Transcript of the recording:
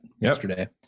yesterday